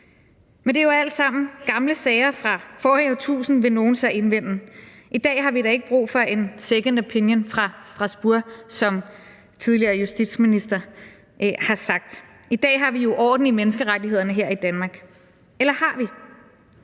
Men det er jo alle sammen gamle sager fra forrige årtusinde, vil nogle så indvende, og sige, at vi i dag da ikke har brug for en second opinion fra Strasbourg, som den tidligere justitsminister har sagt. I dag har vi jo orden i menneskerettighederne her i Danmark. Eller har vi?